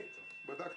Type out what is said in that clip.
בדקתי.